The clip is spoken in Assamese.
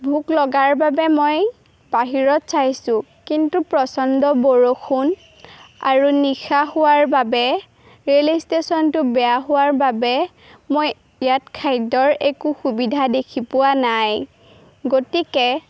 ভোক লগাৰ বাবে মই বাহিৰত চাইছোঁ কিন্তু প্ৰচণ্ড বৰষুণ আৰু নিশা হোৱাৰ বাবে ৰে'ল ষ্টেশ্যনটো বেয়া হোৱাৰ বাবে মই ইয়াত খাদ্যৰ একো সুবিধা দেখি পোৱা নাই গতিকে